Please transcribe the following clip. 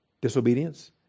disobedience